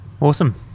Awesome